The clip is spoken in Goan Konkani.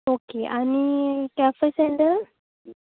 ओके आनी केफे सँट्रल